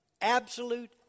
absolute